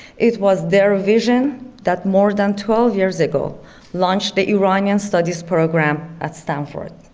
it was their vision that more than twelve years ago launched the iranian studies program at stanford.